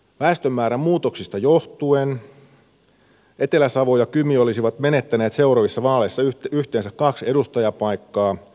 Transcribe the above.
väestömäärän muutoksista johtuen etelä savo ja kymi olisivat menettäneet seuraavissa vaaleissa yhteensä kaksi edustajapaikkaa